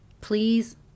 Please